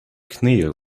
kneel